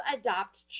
adopt